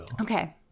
Okay